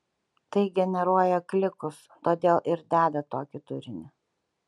tai generuoja klikus todėl ir deda tokį turinį